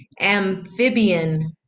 amphibian